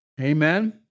Amen